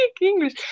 English